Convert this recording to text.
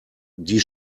die